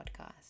podcast